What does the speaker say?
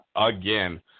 Again